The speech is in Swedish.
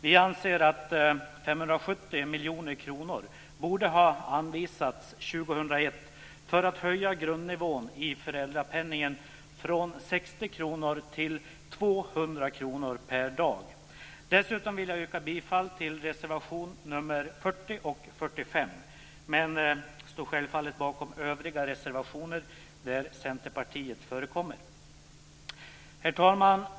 Vi anser att 570 miljoner kronor borde ha anvisats 2001 för att höja grundnivån i föräldrapenningen från 60 kr till 200 kr per dag. Dessutom vill jag yrka bifall till reservationerna nr 40 och 45. Men jag står självfallet bakom övriga reservationer där Herr talman!